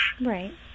right